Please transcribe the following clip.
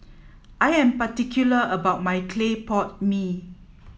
I am particular about my clay pot mee